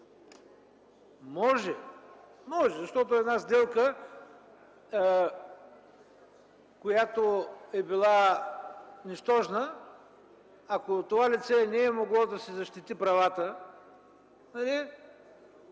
може, защото една сделка, която е била нищожна, ако това лице не е могло да си защити правата,